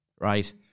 right